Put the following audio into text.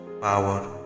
power